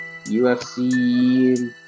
UFC